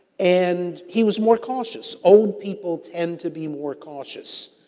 and, he was more cautious. old people tend to be more cautious,